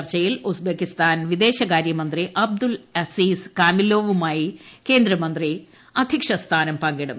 ചർച്ചയിൽ ഉസ്ബക്കിസ്ഥാൻ വിദേശ കാര്യമന്ത്രി അബ്ദുൽ അസീസ് കാമിലോവുമായി കേന്ദ്രമന്ത്രി അധ്യക്ഷ സ്ഥാനം പങ്കിടും